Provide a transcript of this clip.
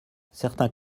certains